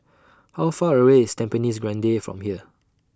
How Far away IS Tampines Grande from here